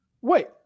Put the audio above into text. Wait